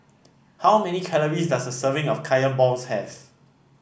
how many calories does a serving of Kaya Balls have